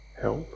help